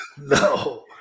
No